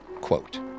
quote